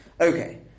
okay